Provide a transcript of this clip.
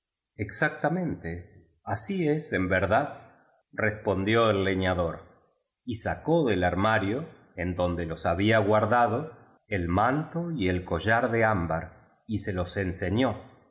exactamente así es en verdadrespondió el leñador y sacó del armario en donde los había guardado el man to y el collar de ámbar y se los enseñó